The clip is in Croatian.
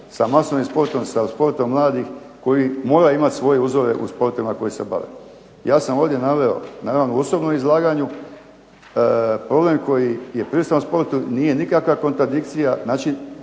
sa masovnim sportom, sa sportom mladih koji moraju imati svoje uzore u sportovima kojima se bave. Ja sam ovdje naveo na jednom osobnom izlaganju problem koji je prisutan u sportu. Nije nikakva kontradikcija. Znači